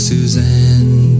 Suzanne